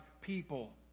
people